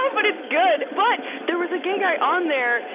um but it's good! but there was a gay guy on there,